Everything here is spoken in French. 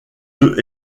œufs